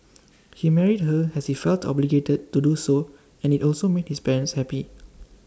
he married her as he felt obligated to do so and IT also made his parents happy